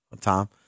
Tom